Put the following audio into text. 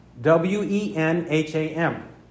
W-E-N-H-A-M